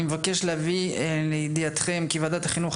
אני מבקש להביא לידיעתכם כי ועדת החינוך,